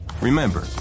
Remember